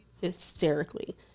hysterically